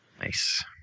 Nice